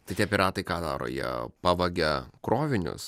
tai tie piratai ką daro ją pavagia krovinius